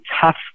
tough